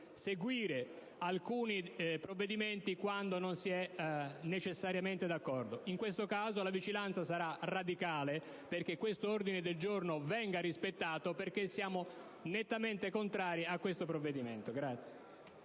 seguire alcuni provvedimenti, quando non si è necessariamente d'accordo. In questo caso, la vigilanza sarà radicale affinché l'ordine del giorno G100 venga rispettato, perché siamo nettamente contrari a questo provvedimento.